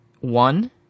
one